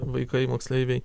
vaikai moksleiviai